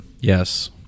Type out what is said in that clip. Yes